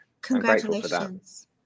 congratulations